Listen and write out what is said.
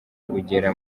ugera